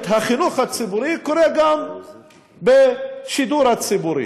החינוך הציבורי קורה גם בשידור הציבורי: